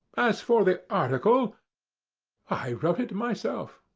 as for the article i wrote it myself.